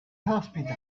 hospital